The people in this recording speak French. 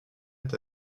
est